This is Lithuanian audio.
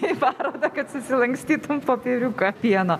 į parodą kad susilankstyt popieriuką pieno